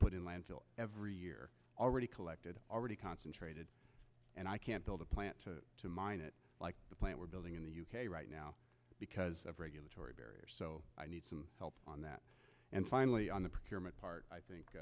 put in landfill every year already collected already concentrated and i can't build a plant to mine it like the plant we're building in the u k right now because of regulatory barriers so i need some help on that and finally on the p